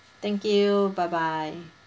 thank you bye bye